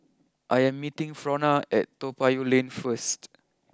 I am meeting Frona at Toa Payoh Lane first